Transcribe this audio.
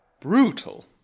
Brutal